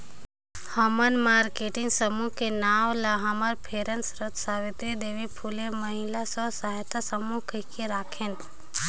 हमन मारकेटिंग समूह के नांव ल हमर प्रेरन सरोत सावित्री देवी फूले महिला स्व सहायता समूह कहिके राखेन